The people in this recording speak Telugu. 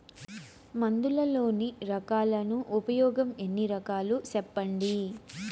మందులలోని రకాలను ఉపయోగం ఎన్ని రకాలు? సెప్పండి?